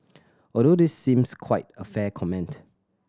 although this seems quite a fair comment